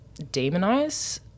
demonize